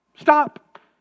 Stop